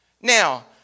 Now